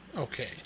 Okay